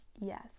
Yes